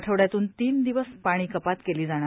आठवड्यातून तीन दिवस पाणी कपात केली जाणार